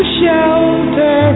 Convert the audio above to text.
shelter